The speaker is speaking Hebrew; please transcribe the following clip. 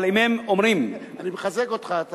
אני מחזק אותך.